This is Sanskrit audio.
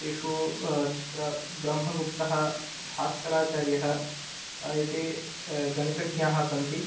तेषु अत्र ब्रह्मगुप्तः भास्कराचार्यः एते गणितज्ञाः सन्ति